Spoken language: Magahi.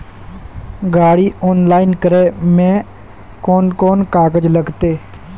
गाड़ी ऑनलाइन करे में कौन कौन कागज लगते?